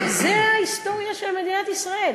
זו ההיסטוריה של מדינת ישראל.